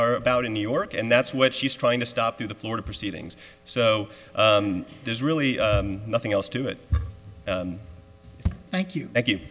is about in new york and that's what she's trying to stop through the florida proceedings so there's really nothing else to it thank you thank you